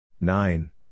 Nine